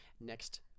next